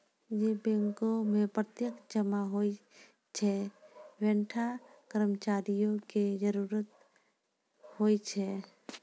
जै बैंको मे प्रत्यक्ष जमा होय छै वैंठा कर्मचारियो के जरुरत होय छै